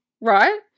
Right